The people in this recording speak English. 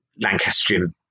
Lancastrian